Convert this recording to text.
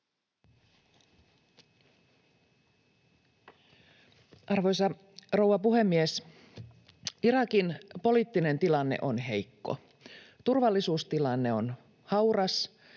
Arvoisa rouva puhemies! Irakin poliittinen tilanne on heikko. Turvallisuustilanne on hauras